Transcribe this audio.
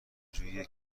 جوریه